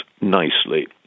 nicely